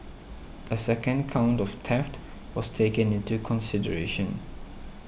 a second count of theft was taken into consideration